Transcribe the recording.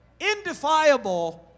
indefiable